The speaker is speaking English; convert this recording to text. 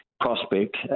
prospect